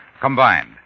combined